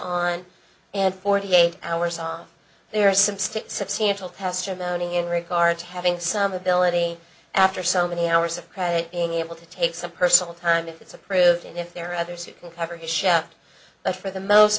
on and forty eight hours on there seems to substantial testimony in regard to having some ability after so many hours of credit being able to take some personal time if it's approved and if there are others who can cover his shop but for the most